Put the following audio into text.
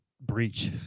breach